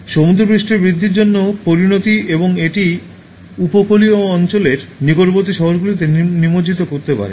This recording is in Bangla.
সমুদ্রপৃষ্ঠের বৃদ্ধির অন্য পরিণতি এবং এটি উপকূলীয় অঞ্চলের নিকটবর্তী শহরগুলিকে নিমজ্জিত করতে পারে